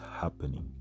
happening